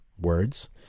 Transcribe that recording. words